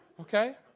Okay